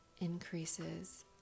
increases